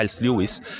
Lewis